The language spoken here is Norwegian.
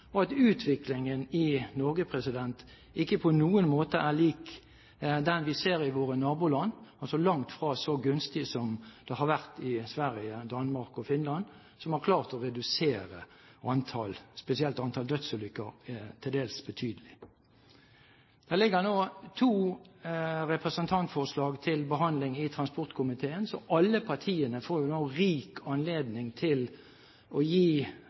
og at utviklingen i Norge ikke på noen måte er lik den vi ser i våre naboland – altså langt fra så gunstig som den har vært i Sverige, Danmark og Finland – der en har klart å redusere spesielt antallet dødsulykker til dels betydelig. Det ligger nå to representantforslag til behandling i transportkomiteen, så alle partiene får jo nå rik anledning til å gi